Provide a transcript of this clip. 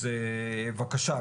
אז בבקשה,